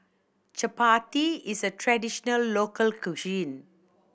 chapati is a traditional local cuisine